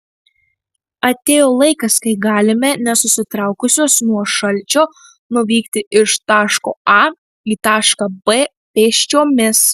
atėjo laikas kai galime nesusitraukusios nuo šalčio nuvykti iš taško a į tašką b pėsčiomis